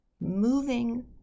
moving